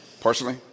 Personally